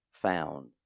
Found